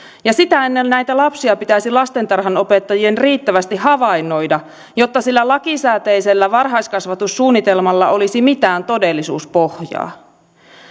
ja sitä ennen näitä lapsia pitäisi lastentarhanopettajien riittävästi havainnoida jotta sillä lakisääteisellä varhaiskasvatussuunnitelmalla olisi mitään todellisuuspohjaa